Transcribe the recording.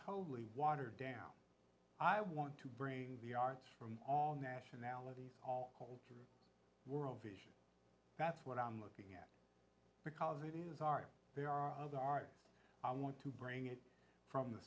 totally watered down i want to bring the arts from all nationalities all world vision that's what i'm looking at because it is art they are all the artist i want to bring it from the